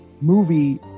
movie